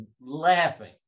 laughing